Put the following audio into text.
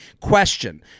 Question